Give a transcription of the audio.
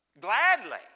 gladly